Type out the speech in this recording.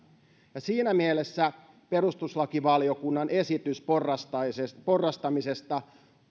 siinä mielessä perustuslakivaliokunnan esitys porrastamisesta porrastamisesta